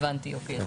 הבנתי, אני